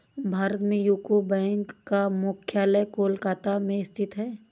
भारत में UCO bank का मुख्यालय कोलकाता में स्थित है